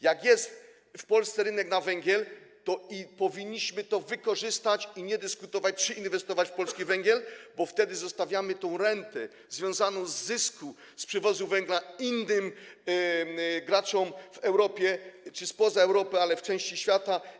Jak jest w Polsce rynek na węgiel, to powinniśmy to wykorzystać i nie dyskutować, czy inwestować w polski węgiel, bo wtedy zostawiamy tę rentę związaną z zyskiem z przywozu węgla innym graczom w Europie czy spoza Europy, ale w części świata.